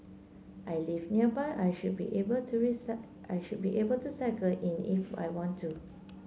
I live nearby I should be able to I should be able to cycle in if I want to